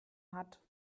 hat